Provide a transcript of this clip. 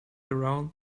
around